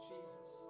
Jesus